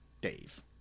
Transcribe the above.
Dave